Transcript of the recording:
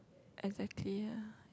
exactly lah